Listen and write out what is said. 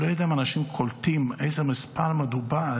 אני לא יודע אם אנשים קולטים באיזה מספר מדובר.